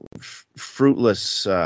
fruitless –